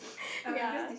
ya